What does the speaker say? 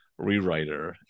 rewriter